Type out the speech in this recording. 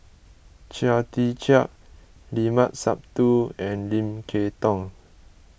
Chia Tee Chiak Limat Sabtu and Lim Kay Tong